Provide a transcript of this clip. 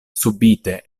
subite